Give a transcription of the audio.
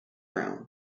brown